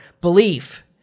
belief